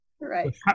Right